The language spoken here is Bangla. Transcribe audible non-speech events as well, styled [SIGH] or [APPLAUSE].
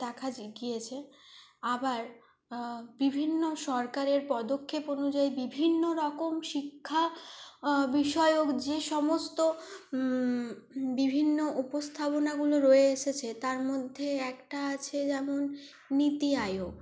দেখা [UNINTELLIGIBLE] গিয়েছে আবার বিভিন্ন সরকারের পদক্ষেপ অনুযায়ী বিভিন্ন রকম শিক্ষা বিষয়ক যে সমস্ত বিভিন্ন উপস্থাপনাগুলো রয়ে এসেছে তার মধ্যে একটা আছে যেমন নীতি আয়োগ